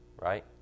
right